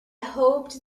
hoped